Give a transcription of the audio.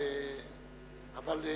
אבל,